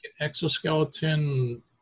exoskeleton